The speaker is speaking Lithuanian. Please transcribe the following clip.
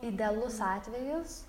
idealus atvejis